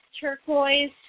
turquoise